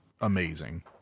amazing